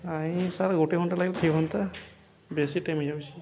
ନାଇଁ ସାର୍ ଗୋଟେ ଘଣ୍ଟା ଲାଗିଲେ ଠିକ୍ ହୁଅନ୍ତା ବେଶୀ ଟାଇମ ହେଇ ଯାଉଛିି